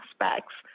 aspects